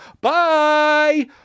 bye